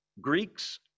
Greeks